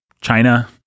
China